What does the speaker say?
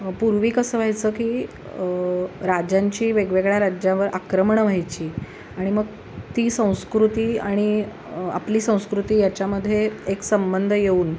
पूर्वी कसं व्हायचं की राजांची वेगवेगळ्या राज्यावर आक्रमण व्हायची आणि मग ती संस्कृती आणि आपली संस्कृती याच्यामध्ये एक संबंध येऊन